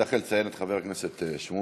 צריך לציין את חבר הכנסת שמולי,